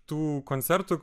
tų koncertų